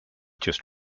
just